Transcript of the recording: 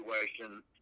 situation